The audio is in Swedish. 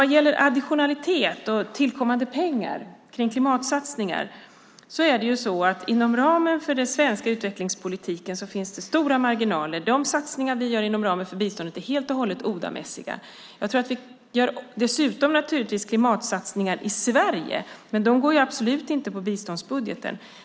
Vad gäller additionalitet och tillkommande pengar till klimatsatsningar finns det stora marginaler inom ramen för den svenska utvecklingspolitiken. De satsningar som vi gör inom ramen för biståndet är helt och hållet ODA-mässiga. Vi gör dessutom naturligtvis klimatsatsningar i Sverige, men de går absolut inte över biståndsbudgeten.